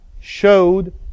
showed